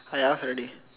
I ask already